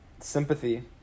sympathy